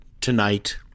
tonight